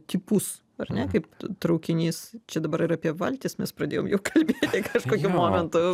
tipus ar ne kaip traukinys čia dabar ir apie valtis mes pradėjom jau kalbėti kažkokiu momentu